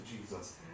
Jesus